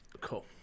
Cool